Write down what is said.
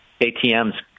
ATM's